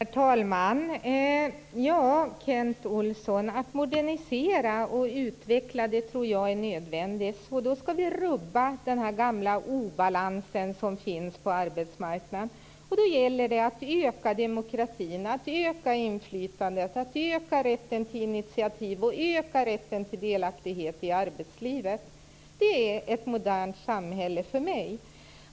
Herr talman! Kent Olsson! Att modernisera och utveckla tror jag är nödvändigt. Då skall vi rubba den gamla obalans som finns på arbetsmarknaden. Det gäller då att öka demokratin, att öka inflytandet, att öka rätten till initiativ och till delaktighet i arbetslivet. Det är ett modernt samhälle för mig.